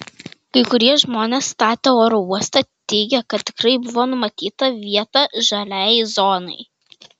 kai kurie žmonės statę oro uostą teigė kad tikrai buvo numatyta vieta žaliajai zonai